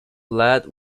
ladd